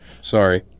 Sorry